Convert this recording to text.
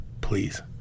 please